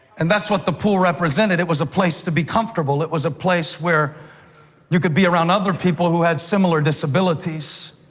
and that's what the pool represented. it was a place to be comfortable. it was a place where you could be around other people who had similar disabilities,